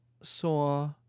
saw